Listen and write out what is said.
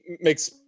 makes